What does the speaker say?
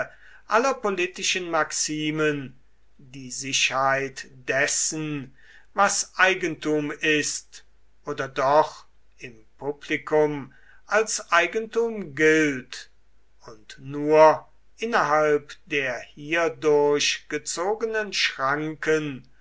aller politischen maximen die sicherheit dessen was eigentum ist oder doch im publikum als eigentum gilt und nur innerhalb der hierdurch gezogenen schranken